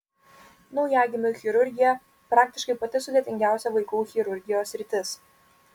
naujagimių chirurgija praktiškai pati sudėtingiausia vaikų chirurgijos sritis